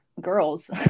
girls